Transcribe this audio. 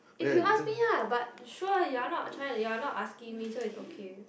if you ask me lah but sure you're not a child you're not asking me so is okay